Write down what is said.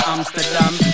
Amsterdam